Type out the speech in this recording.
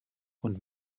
und